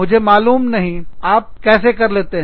मुझे मालूम नहीं आप कैसे कर लेते हैं